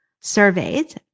surveyed